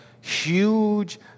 huge